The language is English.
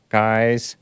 guys